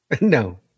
No